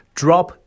drop